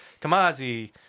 Kamazi